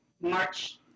March